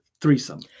threesome